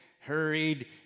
hurried